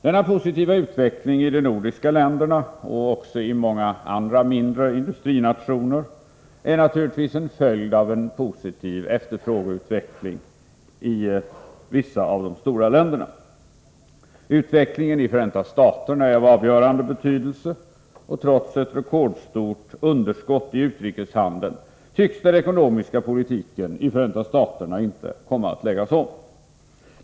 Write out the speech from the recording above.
Denna positiva utveckling i de nordiska länderna och också i många andra mindre industrinationer är naturligtvis en följd av en positiv efterfrågeutveckling i vissa av de stora länderna. Utvecklingen i Förenta staterna är av avgörande betydelse, och trots ett rekordstort underskott i utrikeshandeln tycks den ekonomiska politiken i Förenta staterna inte komma att läggas om.